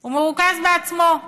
הוא מרוכז בעצמו.